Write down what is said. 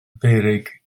feurig